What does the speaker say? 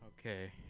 Okay